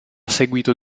seguito